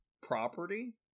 property